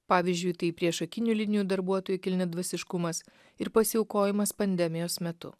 pavyzdžiui tai priešakinių linijų darbuotojų kilniadvasiškumas ir pasiaukojimas pandemijos metu